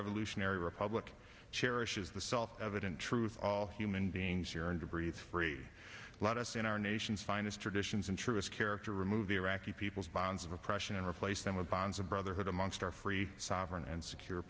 revolutionary republic cherishes the self evident truth of all human beings here and to breathe free let us in our nation's finest traditions and truest character remove iraqi people's bonds of oppression and replace them with bonds of brotherhood amongst our free sovereign and secure